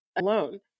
alone